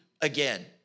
again